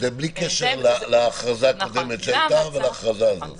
ולאחר שבחנה הממשלה דרכי פעולה חלופיות ושקלה את הצורך בהכרזה מול מידת